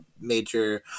major